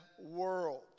World